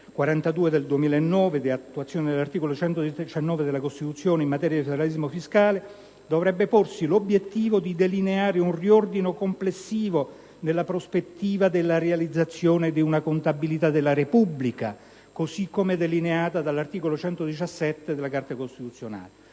n. 42 del 2009, di attuazione dell'articolo 119 della Costituzione in materia di federalismo fiscale, dovrebbe porsi l'obiettivo di delineare un riordino complessivo nella prospettiva della realizzazione di una contabilità della Repubblica, così come delineata dall'articolo 117 della Carta costituzionale.